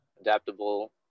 adaptable